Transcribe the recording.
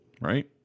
Right